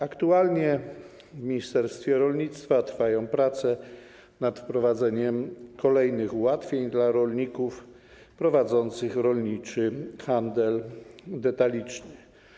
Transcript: Aktualnie w ministerstwie rolnictwa trwają prace nad wprowadzeniem kolejnych ułatwień dla rolników prowadzących rolniczy handel detaliczny.